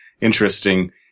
interesting